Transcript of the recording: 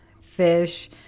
fish